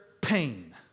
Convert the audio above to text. pain